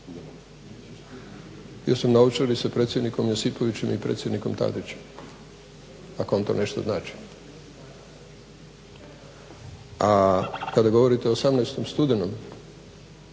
Bio sam na Ovčari sa predsjednikom Josipovićem i predsjednikom Tadićem ako vam to nešto znači. A kad govorite o 18. studenom,